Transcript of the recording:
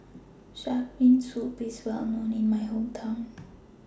Shark's Fin Soup IS Well known in My Hometown